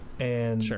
Sure